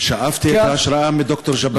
שאבתי את ההשראה מד"ר ג'בארין.